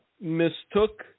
mistook